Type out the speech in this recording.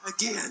again